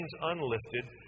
unlifted